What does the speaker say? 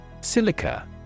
Silica